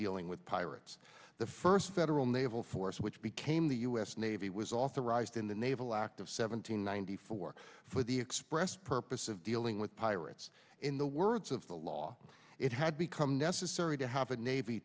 dealing with pirates the first federal naval force which became the u s navy was authorized in the naval act of seven hundred ninety four for the express purpose of dealing with pirates in the words of the law it had become necessary to have a navy